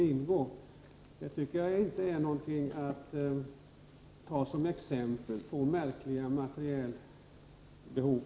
Jag tycker inte att detta är något att ta som exempel på märkliga materielbehov.